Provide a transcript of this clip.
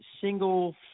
single